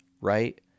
right